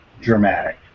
dramatic